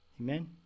Amen